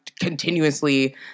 continuously